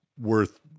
worth